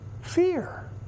Fear